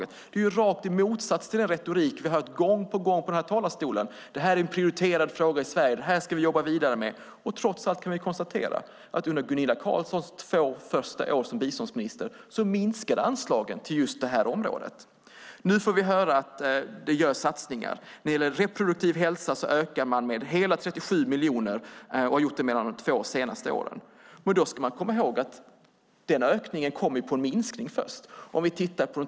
Det är rakt i motsats till den retorik vi har hört gång på gång från talarstolen: Det här är en prioriterad fråga i Sverige. Det här ska vi jobba vidare med. Trots allt kan vi konstatera att under Gunilla Carlssons två första år som biståndsminister minskade anslagen till just det området. Nu får vi höra att det görs satsningar. När det gäller reproduktiv hälsa har man ökat med hela 37 miljoner de två senaste åren. Då ska man komma ihåg att ökningen kom efter en inledande minskning.